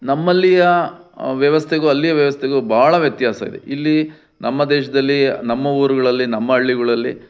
ನಮ್ಮಲ್ಲಿಯ ವ್ಯವಸ್ಥೆಗೂ ಅಲ್ಲಿಯ ವ್ಯವಸ್ಥೆಗೂ ಭಾಳ ವ್ಯತ್ಯಾಸ ಇದೆ ಇಲ್ಲಿ ನಮ್ಮ ದೇಶದಲ್ಲಿ ನಮ್ಮ ಊರುಗಳಲ್ಲಿ ನಮ್ಮ ಹಳ್ಳಿಗುಳಲ್ಲಿ